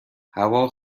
هوا